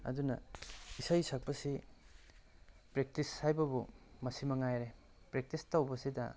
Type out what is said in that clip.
ꯑꯗꯨꯅ ꯏꯁꯩ ꯁꯛꯄꯁꯤ ꯄ꯭ꯔꯦꯛꯇꯤꯁ ꯍꯥꯏꯕꯕꯨ ꯃꯁꯤ ꯃꯉꯥꯏꯔꯦ ꯄ꯭ꯔꯦꯛꯇꯤꯁ ꯇꯧꯕꯁꯤꯗ